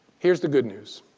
here's the good news.